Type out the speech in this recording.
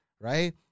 right